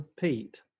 pete